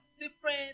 different